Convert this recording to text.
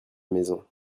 maisons